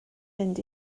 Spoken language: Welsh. mynd